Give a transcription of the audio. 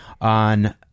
on